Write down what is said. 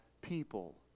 people